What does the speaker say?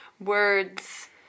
words